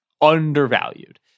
undervalued